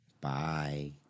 Bye